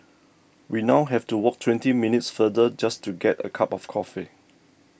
we now have to walk twenty minutes farther just to get a cup of coffee